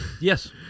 Yes